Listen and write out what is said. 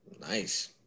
Nice